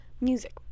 music